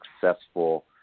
successful